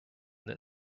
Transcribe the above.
that